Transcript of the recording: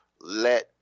let